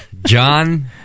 John